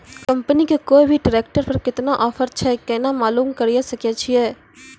Company के कोय भी ट्रेक्टर पर केतना ऑफर छै केना मालूम करऽ सके छियै?